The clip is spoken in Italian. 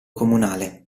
comunale